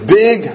big